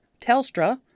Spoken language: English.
Telstra